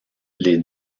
les